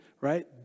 right